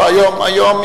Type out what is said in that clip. היום,